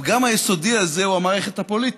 והפגם היסודי הזה הוא המערכת הפוליטית,